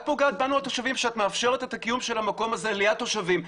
את פוגעת בנו התושבים שאת מאפשרת את הקיום של המקום הזה ליד תושבים.